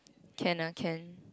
can ah can